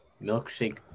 Milkshake